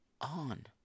on